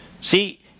See